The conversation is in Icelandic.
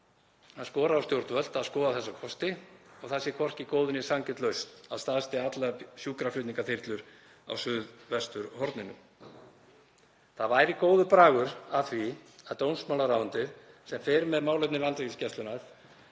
skorar á stjórnvöld að skoða þessa kosti og það sé hvorki góð né sanngjörn lausn að staðsetja allar sjúkraflutningaþyrlur á suðvesturhorninu. Það væri góður bragur að því að dómsmálaráðuneytið, sem fer með málefni Landhelgisgæslunnar,